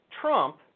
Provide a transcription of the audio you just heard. Trump